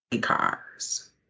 cars